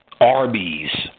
Arby's